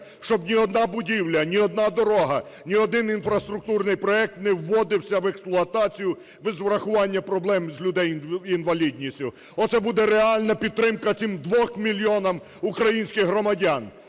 щоб ні одна будівля, ні одна дорога, ні один інфраструктурний проект не вводився в експлуатацію без врахування проблем людей з інвалідністю. Оце буде реальна підтримка цим 2 мільйонам українських громадян,